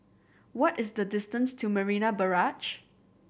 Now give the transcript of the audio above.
what is the distance to Marina Barrage